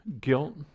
guilt